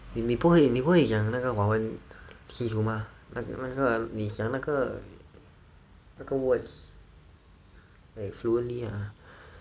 你不会你不会讲那个华文西服吗那个那个你讲那个那个 words like fluently lah